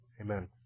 Amen